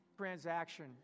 transaction